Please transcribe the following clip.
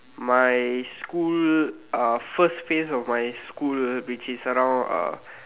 my school uh first phase of my school which is around uh